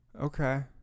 okay